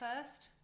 first